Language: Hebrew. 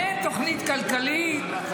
אין תוכנית כלכלית.